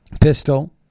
pistol